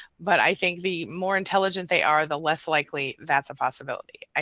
but i think the more intelligent they are the less likely that's a possibility. i.